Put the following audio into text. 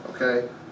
okay